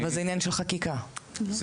אבל, לדעתי, זה עניין של חקיקה לא?